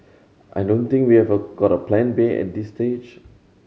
I don't think we have got a Plan B at this stage